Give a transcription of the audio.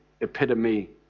epitome